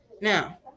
Now